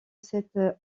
cette